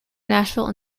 nashville